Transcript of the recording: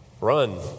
run